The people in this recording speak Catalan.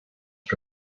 que